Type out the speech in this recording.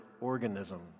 organism